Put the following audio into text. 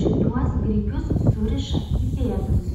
šituos grikius suriša į pėdus